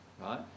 right